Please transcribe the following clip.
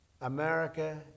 America